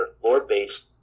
floor-based